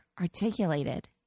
articulated